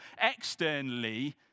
externally